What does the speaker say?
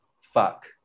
fuck